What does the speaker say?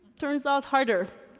turns out, harder